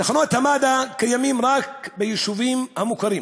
תחנות מד"א קיימות רק ביישובים המוכרים,